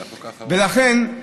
ולכן,